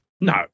No